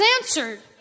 answered